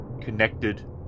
connected